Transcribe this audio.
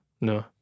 No